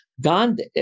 Gandhi